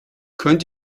könnt